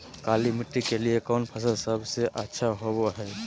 काली मिट्टी के लिए कौन फसल सब से अच्छा होबो हाय?